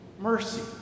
mercy